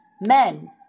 men